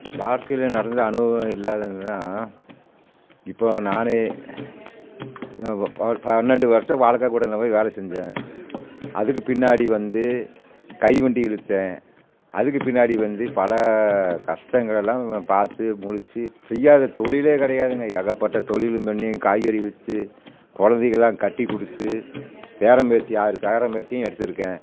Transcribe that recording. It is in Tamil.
வாழ்க்கையில் நடந்த அனுபவம் இல்லாத தான் இப்போது நானே பன்னெண்டு வருஷ வாழைக்கா குடோனில் போய் வேலை செஞ்சேன் அதுக்கு பின்னாடி வந்து கை வண்டி இழுத்தேன் அதுக்கு பின்னாடி வந்து பல கஷ்டங்கள எல்லாம் பார்த்து முடித்து செய்யாத தொழிலே கிடையாதுங்க ஏகப்பட்ட தொழிலும் பண்ணி காய்கறி விற்று குழந்தைங்கள்லாம் கட்டிக் கொடுத்து பேரன் பேத்தி ஆறு பேரன் பேத்தியும் எடுத்திருக்கேன்